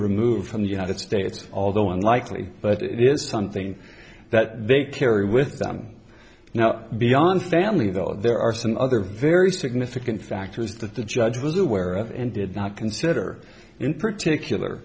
removed from the united states although unlikely but it is something that they carry with them now beyond family though there are some other very significant factors that the judge was aware of and did not consider in particular